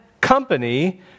company